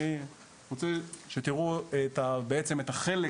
אני רוצה שתראו בעצם את החלק